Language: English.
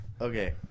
Okay